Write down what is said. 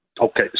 Okay